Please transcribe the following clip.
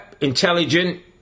intelligent